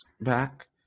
back